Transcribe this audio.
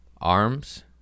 arms